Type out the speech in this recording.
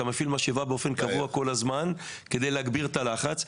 מפעיל משאבה כל הזמן כדי להגביר את הלחץ,